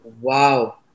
wow